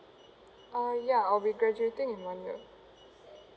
ah ya I'll be graduating in one year